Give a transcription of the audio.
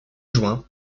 juin